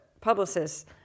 publicists